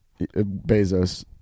Bezos